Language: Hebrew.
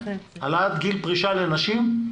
העלאת גיל פרישה לנשים,